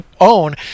own